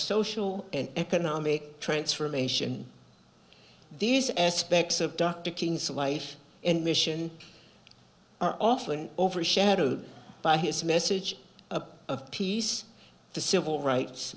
social and economic transformation these aspects of dr king's life and mission are often overshadowed by his message of peace the civil rights